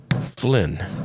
Flynn